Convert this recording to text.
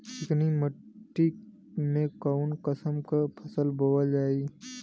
चिकनी मिट्टी में कऊन कसमक फसल बोवल जाई?